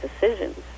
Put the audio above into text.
decisions